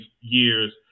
years